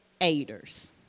aiders